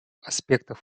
аспектах